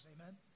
Amen